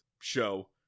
show